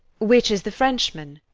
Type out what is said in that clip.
which is the frenchman?